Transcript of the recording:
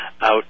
out